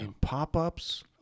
Pop-ups